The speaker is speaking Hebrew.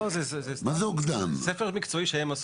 לא, זה ספר מקצועי שהם עשו.